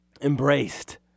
embraced